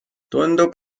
tundub